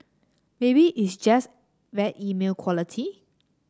maybe it's just bad email quality